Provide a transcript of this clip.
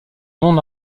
non